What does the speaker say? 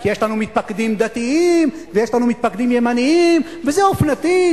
כי יש לנו מתפקדים דתיים ויש לנו מתפקדים ימנים וזה אופנתי.